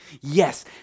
Yes